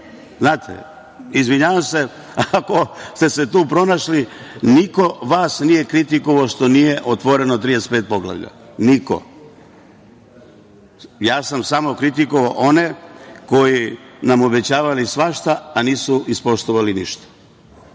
svađu. Izvinjavam se, ako ste se tu pronašli. Niko vas nije kritikovao što nije otvoreno 35 poglavlja, niko. Samo sam kritikovao one koji su nam obećavali svašta, a nisu ispoštovali